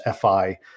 FI